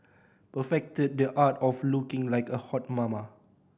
perfected the art of looking like a hot mama